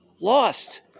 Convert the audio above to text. lost